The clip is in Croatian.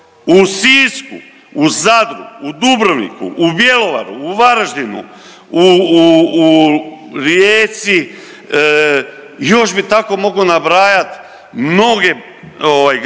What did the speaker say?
U Sisku, u Zadru, u Dubrovniku, u Bjelovaru, u Varaždinu, u Rijeci, još bi tako mogao nabrajati mnoge ovaj